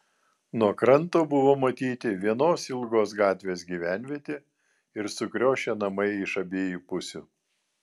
nuo kranto buvo matyti vienos ilgos gatvės gyvenvietė ir sukriošę namai iš abiejų pusių